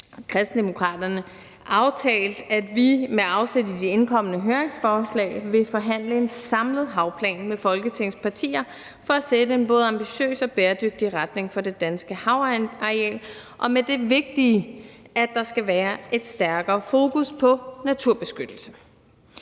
Kristendemokraterne aftalt, at vi med afsæt i de indkomne høringsforslag vil en forhandle en samlet havplan med Folketingets partier for at sætte en både ambitiøs og bæredygtig retning for det danske havareal og med det vigtige punkt, at der skal være et stærkere fokus på naturbeskyttelse.